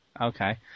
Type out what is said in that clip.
Okay